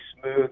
smooth